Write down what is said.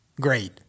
Great